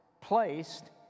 placed